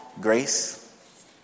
grace